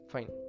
Fine